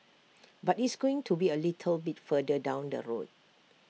but it's going to be A little bit further down the road